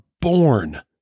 born